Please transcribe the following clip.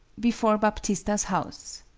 before baptista's house.